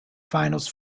finals